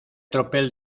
tropel